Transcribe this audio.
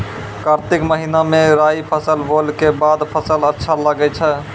कार्तिक महीना मे राई फसल बोलऽ के बाद फसल अच्छा लगे छै